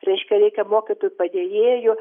reiškia reikia mokytojų padėjėjų